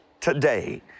today